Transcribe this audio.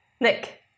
Nick